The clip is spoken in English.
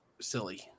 silly